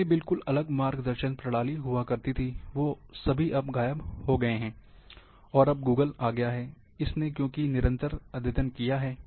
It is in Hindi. पहले बिलकुल अलग मार्ग दर्शन प्रणाली हुआ करती थी वो सभी अब गायब हो गए हैं और गूगल आ गया है उसे क्योंकि निरंतर अद्यतन किया है